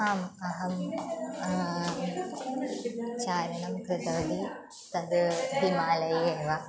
आम् अहं चारणं कृतवती तत् हिमालये एव